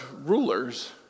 rulers